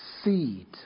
Seed